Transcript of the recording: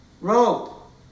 rope